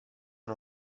una